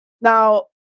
Now